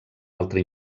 altre